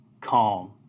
calm